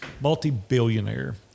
Multi-billionaire